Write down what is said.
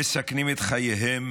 מסכנים את חייהם,